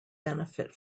benefit